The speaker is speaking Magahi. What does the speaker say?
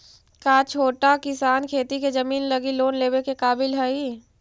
का छोटा किसान खेती के जमीन लगी लोन लेवे के काबिल हई?